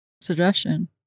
suggestion